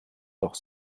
doch